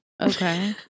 Okay